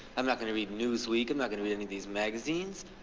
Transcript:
i'm not gonna read newsweek. i'm not gonna read any of these magazines.